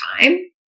time